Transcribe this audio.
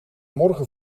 morgen